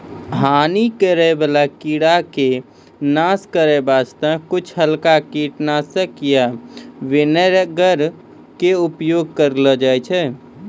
हानि करै वाला कीड़ा के नाश करै वास्तॅ कुछ हल्का कीटनाशक या विनेगर के उपयोग करलो जाय छै